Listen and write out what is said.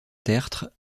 tertre